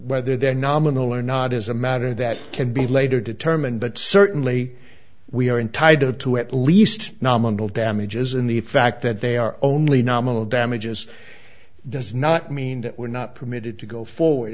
whether they're nominal or not is a matter that can be later determined but certainly we are entitled to at least nominal damages in the fact that they are only nominal damages does not mean that we're not permitted to go forward